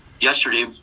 yesterday